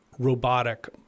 robotic